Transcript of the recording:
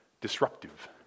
Disruptive